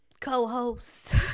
co-hosts